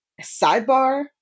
sidebar